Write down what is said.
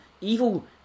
evil